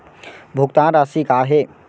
भुगतान राशि का हे?